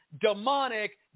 demonic